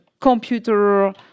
computer